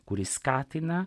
kuri skatina